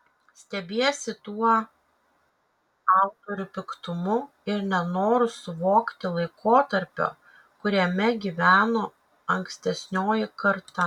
stebiesi tuo autorių piktumu ir nenoru suvokti laikotarpio kuriame gyveno ankstesnioji karta